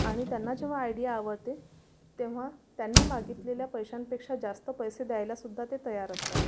आणि त्यांना जेव्हा आयडिया आवअते तेव्हा त्यांनी मागितलेल्या पैशांपेक्षा जास्त पैसे द्यायलासुद्धा ते तयार असतात